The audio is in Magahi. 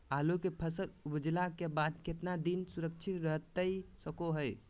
आलू के फसल उपजला के बाद कितना दिन सुरक्षित रहतई सको हय?